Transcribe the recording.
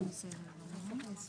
מי נמנע?